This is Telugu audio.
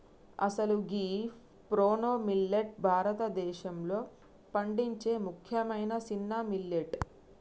అసలు గీ ప్రోనో మిల్లేట్ భారతదేశంలో పండించే ముఖ్యమైన సిన్న మిల్లెట్